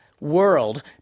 World